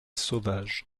sauvages